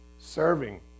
serving